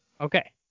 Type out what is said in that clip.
Okay